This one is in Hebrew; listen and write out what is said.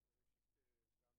שכתוב